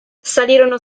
salirono